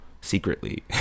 secretly